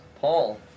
Paul